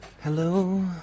Hello